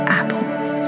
apples